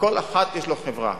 כל אחד יש לו חברה.